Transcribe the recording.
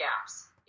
gaps